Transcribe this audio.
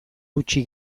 gutxi